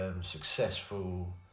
successful